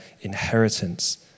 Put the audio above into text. inheritance